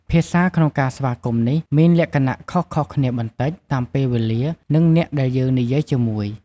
ភាសាក្នុងការស្វាគមន៍នេះ មានលក្ខណៈខុសៗគ្នាបន្តិច តាមពេលវេលា និងអ្នកដែលយើងនិយាយជាមួយ។